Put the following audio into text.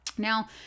Now